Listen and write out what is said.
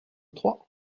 trois